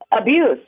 Abuse